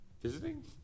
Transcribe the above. visiting